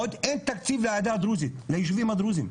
עוד אין תקציב לעדה הדרוזית, ליישובים הדרוזיים.